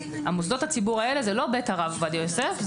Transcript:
מוסדות הציבור האלה זה לא בית הרב עובדיה יוסף,